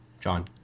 John